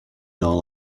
all